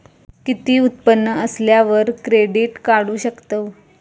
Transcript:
किती उत्पन्न असल्यावर क्रेडीट काढू शकतव?